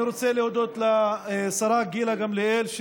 אני רוצה להודות לשרה גילה גמליאל,